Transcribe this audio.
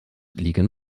liegen